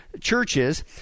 churches